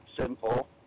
simple